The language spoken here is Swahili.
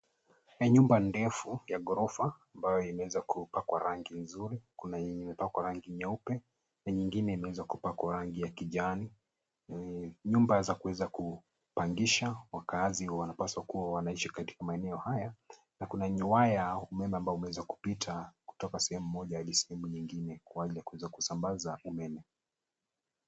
Ni nyumba ndufu ya ghorofa ambaye inaweza kupakwa rangi nzuri. Kuna yenye imepakwa rangi nyeupe na nyingine imeweza kupakwa rangi ya kijani. Nyumba za kuweza kupangisha wakaazi wanapaswa kuwa wanaishi katika maeneo haya na kuna waya ya umeme umeweza kupita kutoka sehemu moja hadi sehemu nyingine kwa ajili ya kuweza kusambaza umeme.